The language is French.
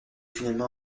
finalement